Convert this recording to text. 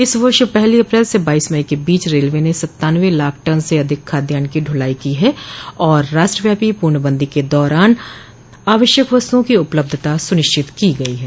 इस वर्ष पहली अप्रैल से बाईस मई के बीच रेलवे ने सत्तानवे लाख टन से अधिक खाद्यान्न की ढुलाई की है और राष्ट्रव्यापी पूर्णबंदी के दौरान आवश्यक वस्तुओं की उपलब्धता सुनिश्चित की है